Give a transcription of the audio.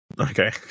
Okay